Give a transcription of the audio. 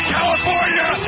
California